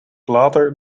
later